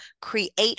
create